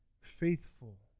faithful